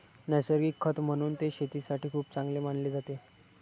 नैसर्गिक खत म्हणून ते शेतीसाठी खूप चांगले मानले जाते